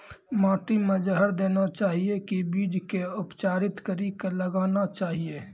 माटी मे जहर देना चाहिए की बीज के उपचारित कड़ी के लगाना चाहिए?